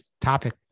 topic